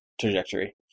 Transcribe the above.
trajectory